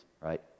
right